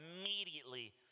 immediately